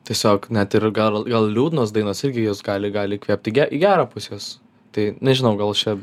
tiesiog net ir gal gal liūdnos dainos irgi jos gali gali įkvėpt tai ge į gerą pusę jos tai nežinau gal aš čia